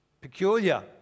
peculiar